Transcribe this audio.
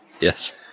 Yes